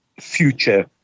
future